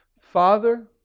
Father